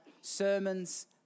sermons